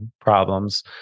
problems